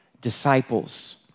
disciples